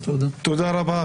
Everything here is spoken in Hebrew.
תודה רבה.